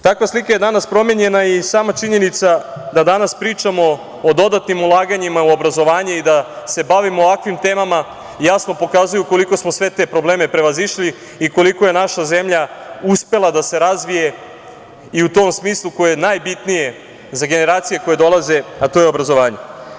Takva slika je danas promenjena i sama činjenica da danas pričamo o dodatnim ulaganjima u obrazovanje i da se bavimo ovakvim temama jasno pokazuju koliko smo sve te probleme prevazišli i koliko je naša zemlja uspela da se razvije i tom smislu koje je najbitnije za generacije koje dolaze, a to je obrazovanje.